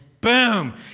boom